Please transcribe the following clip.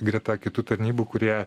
greta kitų tarnybų kurie